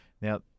Now